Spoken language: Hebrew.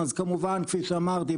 אז כפי שאמרתי,